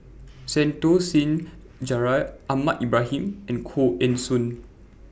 Santokh Singh Grewal Ahmad Ibrahim and Koh Eng Hoon